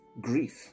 grief